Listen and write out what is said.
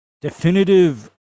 definitive –